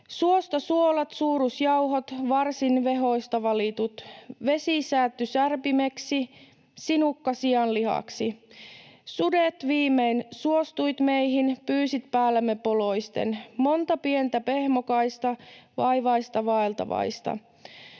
suosta suolat, suurusjauhot / varsin vehoista valitut / vesi säätty särpimeksi / sinukka sianlihaksi! / Sudet viimein suostuit meihin / pyysit päällemme poloisten / monta pientä pehmokaista / vaivaista vaeltavaista